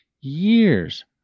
years